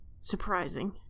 surprising